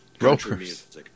Ropers